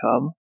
come